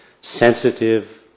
sensitive